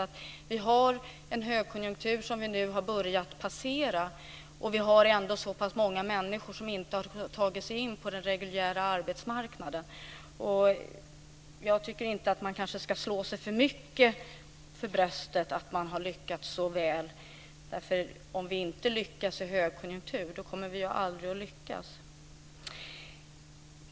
Det är en högkonjunktur som vi nu har börjat passera, och ändå är det så pass många människor som inte har tagit sig in på den reguljära arbetsmarknaden. Jag tycker kanske inte att man ska slå sig för mycket för bröstet och säga att man har lyckats så väl. Om vi inte lyckas i högkonjunktur kommer vi ju aldrig att lyckas.